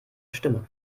stimme